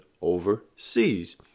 overseas